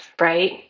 right